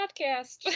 podcast